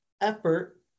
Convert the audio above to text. effort